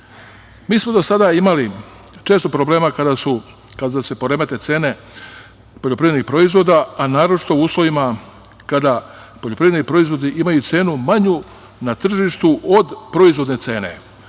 smo do sada imali često problema kada se poremete cene poljoprivrednih proizvoda, a naročito u uslovima kada poljoprivredni proizvodi imaju cenu manju na tržištu od proizvodne cene.